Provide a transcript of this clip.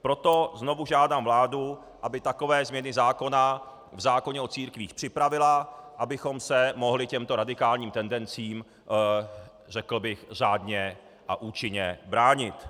Proto znovu žádám vládu, aby takové změny zákona v zákoně o církvích připravila, abychom se mohli těmto radikálním tendencím řádně a účinně bránit.